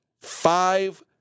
five